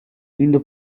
indo